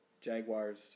Jaguars